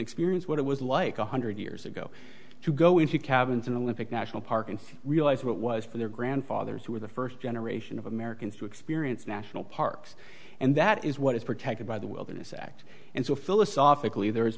experience what it was like a hundred years ago to go into cabins in the living national park and realize what was for their grandfathers who were the first generation of americans to experience national parks and that is what is protected by the wilderness act and so philosophically there is